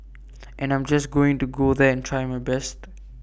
and I'm just going to go there and try my best